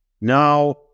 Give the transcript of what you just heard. Now